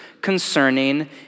concerning